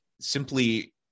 Simply